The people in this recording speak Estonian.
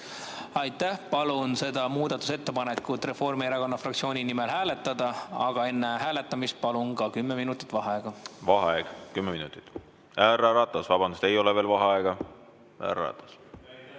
Aitäh! Palun seda muudatusettepanekut Reformierakonna fraktsiooni nimel hääletada, aga enne hääletamist palun ka kümme minutit vaheaega. Vaheaeg kümme minutit ... Härra Ratas. Vabandust! Ei ole veel vaheaega. Härra Ratas.